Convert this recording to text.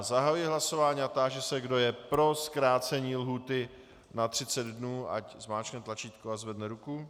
Zahajuji hlasování a táži se, kdo je pro zkrácení lhůty na 30 dnů, ať zmáčkne tlačítko a zvedne ruku.